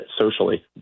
socially